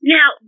Now